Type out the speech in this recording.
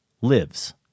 lives